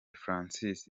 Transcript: françois